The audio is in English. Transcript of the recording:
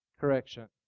correction